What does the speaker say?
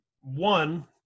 One